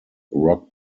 rock